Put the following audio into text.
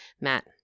Matt